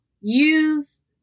use